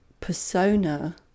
persona